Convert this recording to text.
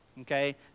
okay